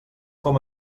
com